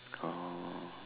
oh